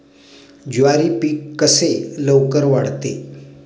ज्वारी पीक कसे लवकर वाढते?